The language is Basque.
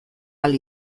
ahal